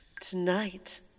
Tonight